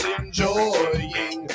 enjoying